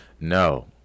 No